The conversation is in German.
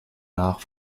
nach